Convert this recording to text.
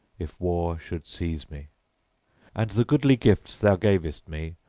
if war should seize me and the goodly gifts thou gavest me,